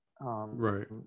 Right